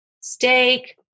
steak